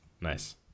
Nice